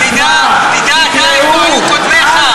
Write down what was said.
תדע אתה איפה היו קודמיך.